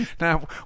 Now